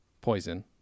poison